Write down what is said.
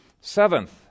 Seventh